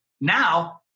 Now